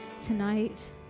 tonight